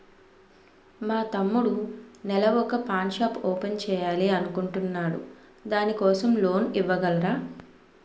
మా తమ్ముడు నెల వొక పాన్ షాప్ ఓపెన్ చేయాలి అనుకుంటునాడు దాని కోసం లోన్ ఇవగలరా?